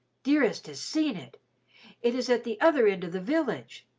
dearest has seen it it is at the other end of the village.